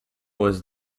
was